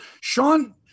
Sean